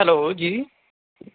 hello جی